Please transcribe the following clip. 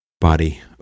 body